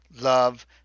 love